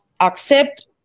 accept